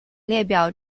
列表